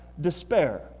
despair